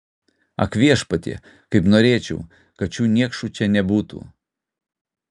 ak viešpatie kaip norėčiau kad šių niekšų čia nebūtų